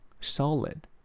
Solid